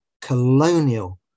colonial